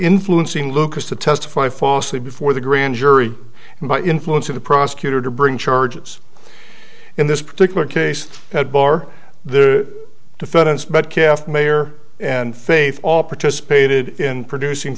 influencing lucas to testify falsely before the grand jury and by influence of the prosecutor to bring charges in this particular case at bar the defendants but calf mayor and face all participated in producing